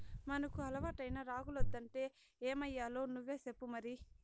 మనకు అలవాటైన రాగులొద్దంటే ఏమయ్యాలో నువ్వే సెప్పు మరి